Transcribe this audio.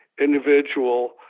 individual